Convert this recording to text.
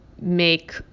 make